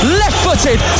left-footed